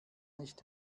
nicht